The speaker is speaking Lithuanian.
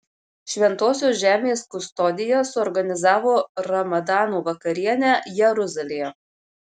šventosios žemės kustodija suorganizavo ramadano vakarienę jeruzalėje